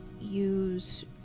use